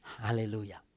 Hallelujah